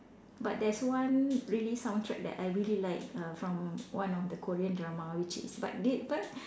but there's one really soundtrack that I really like uh from one of the Korean drama which is but did but